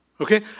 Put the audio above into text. Okay